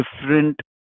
different